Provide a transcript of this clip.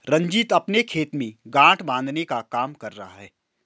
रंजीत अपने खेत में गांठ बांधने का काम कर रहा है